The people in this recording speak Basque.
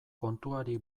kontuari